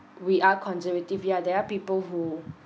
we are conservative yeah there are people who